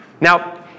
Now